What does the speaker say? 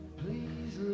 please